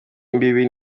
imbibi